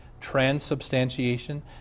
transubstantiation